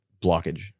blockage